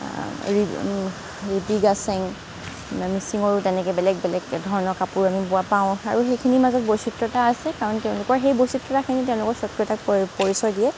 ৰিবিগাচেং মিচিঙৰো তেনেকৈ বেলেগ বেলেগ ধৰণৰ কাপোৰ আমি বোৱা পাওঁ আৰু সেইখিনিৰ মাজত বৈচিত্ৰতা আছে কাৰণ তেওঁলোকৰ সেই বৈচিত্ৰতাখিনি তেওঁলোকৰ স্বকীয়তাক পৰিচয় দিয়ে